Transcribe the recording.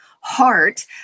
heart